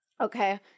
Okay